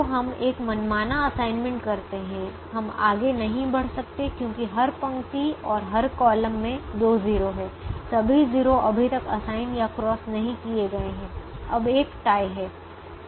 तो हम एक मनमाना असाइनमेंट करते हैं हम आगे नहीं बढ़ सकते हैं क्योंकि हर पंक्ति और हर कॉलम में दो 0 हैं सभी 0 अभी तक असाइन या क्रॉस नहीं किए गए हैं अब एक टाई है